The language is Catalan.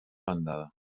bandada